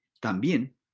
también